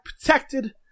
protected